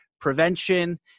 prevention